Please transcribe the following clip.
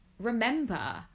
remember